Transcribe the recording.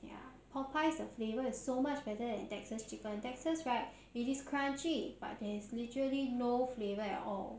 ya Popeyes the flavour is so much better than texas chicken texas right it is crunchy but there is literally no flavour at all